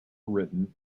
written